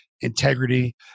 integrity